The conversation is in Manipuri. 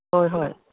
ꯍꯣꯏ ꯍꯣꯏ